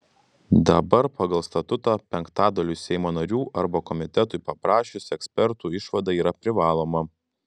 dabar pagal statutą penktadaliui seimo narių arba komitetui paprašius ekspertų išvada yra privaloma